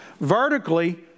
Vertically